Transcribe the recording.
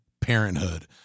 parenthood